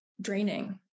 draining